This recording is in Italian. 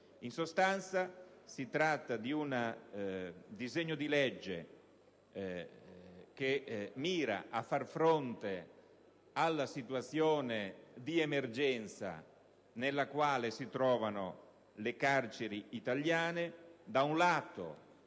In sostanza, si tratta di un disegno di legge che mira a far fronte alla situazione di emergenza nella quale si trovano le carceri italiane, da un lato